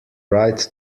right